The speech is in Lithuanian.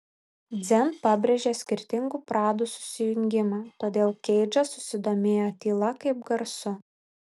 dzen pabrėžia skirtingų pradų susijungimą todėl keidžas susidomėjo tyla kaip garsu